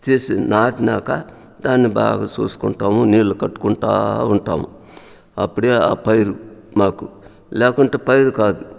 నాటినాక దాన్ని బాగా చూసుకుంటాము నీళ్లు కట్టుకుంటా ఉంటాము అప్పుడే ఆ పైరు మాకు లేకుంటే పైరు కాదు